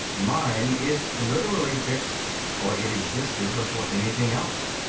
mine is literally fixed, for it existed before anything else.